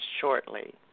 shortly